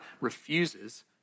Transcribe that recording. refuses